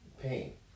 Pain